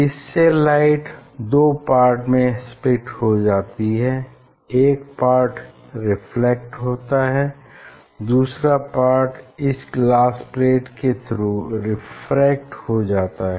इससे लाइट दो पार्ट में स्प्लिट हो जाती है एक पार्ट रिफ्लेक्ट होता है और दूसरा पार्ट इस ग्लास प्लेट के थ्रू रेफ्रेक्ट हो जाता जाता है